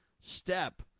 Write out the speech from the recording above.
step